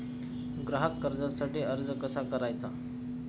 ग्राहक कर्जासाठीचा अर्ज कसा भरायचा?